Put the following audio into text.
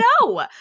No